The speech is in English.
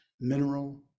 mineral